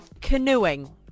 Canoeing